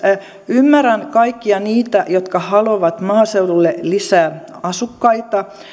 ymmärrän kaikkia niitä jotka haluavat maaseudulle lisää asukkaita